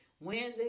wednesday